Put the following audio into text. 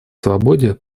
свободе